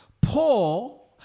Paul